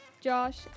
Josh